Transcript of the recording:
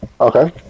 Okay